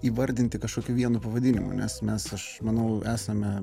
įvardinti kažkokiu vienu pavadinimu nes mes aš manau esame